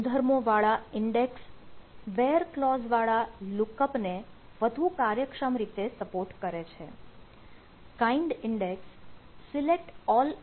એક જ ગુણધર્મો વાળા ઈન્ડેક્સ WHERE ક્લોઝ ઇન્ડેક્સ છે